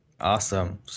Awesome